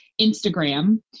Instagram